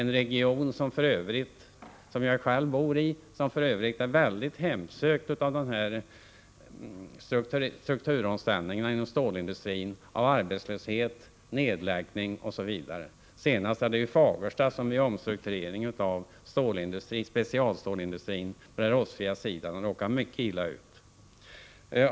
Bergslagen, som jag själv bor i, är en region som är mycket hemsökt av strukturomställningar i stålindustrin, av arbetslöshet, nedläggning osv. Senast är det Fagersta som vid omstruktureringen av specialstålsindustrin råkat mycket illa ut.